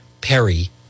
Perry